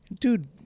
Dude